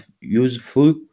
useful